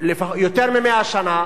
יותר מ-100 שנה,